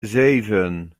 zeven